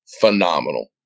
phenomenal